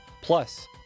plus